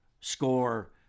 score